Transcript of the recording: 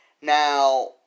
Now